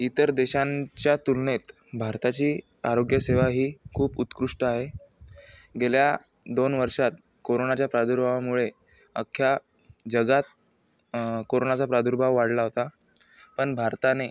इतर देशांच्या तुलनेत भारताची आरोग्यसेवा ही खूप उत्कृष्ट आहे गेल्या दोन वर्षात कोरोनाच्या प्रादुर्भावामुळे अख्ख्या जगात कोरोनाचा प्रादुर्भाव वाढला होता पण भारताने